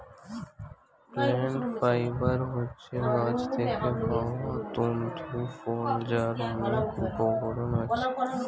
plant fibre হচ্ছে গাছ থেকে পাওয়া তন্তু ফল যার অনেক উপকরণ আছে